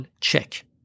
check